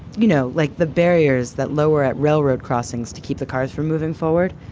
you know, like the barriers that lower at railroad crossings to keep the cars from moving forward.